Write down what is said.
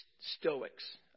Stoics